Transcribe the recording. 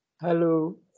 Hello